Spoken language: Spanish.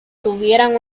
tuvieran